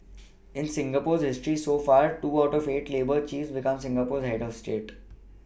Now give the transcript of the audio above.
in Singapore's history so far two out of eight labour chiefs became Singapore's head of state